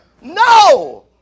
no